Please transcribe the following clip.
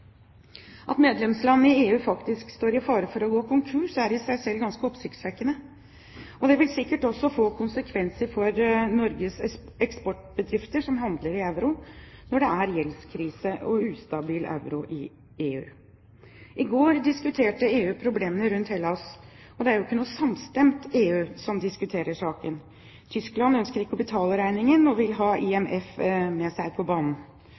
At medlemsland i EU faktisk står i fare for å gå konkurs, er i seg selv ganske oppsiktsvekkende, og det vil sikkert også få konsekvenser for Norges eksportbedrifter som handler i euro, når det er gjeldskrise og ustabil euro i EU. I går diskuterte EU problemene rundt Hellas, og det er ikke noe samstemt EU som diskuterer saken. Tyskland ønsker ikke å betale regningen, og vil ha IMF med seg på banen.